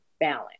balance